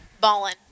Ballin